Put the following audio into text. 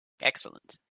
Excellent